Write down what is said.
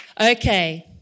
Okay